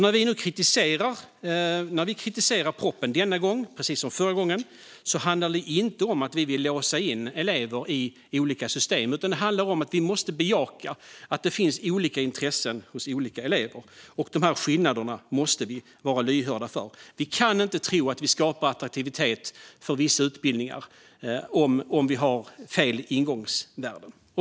När vi nu, precis som förra gången, kritiserar propositionen, handlar det inte om att vi vill låsa in elever i olika system, utan det handlar om att vi måste bejaka att det finns olika intressen hos olika elever. Dessa skillnader måste vi vara lyhörda för. Vi ska inte tro att vi skapar attraktivitet hos vissa utbildningar om vi har fel ingångsvärden.